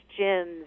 gyms